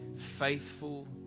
faithful